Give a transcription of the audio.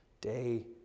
day